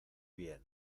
bien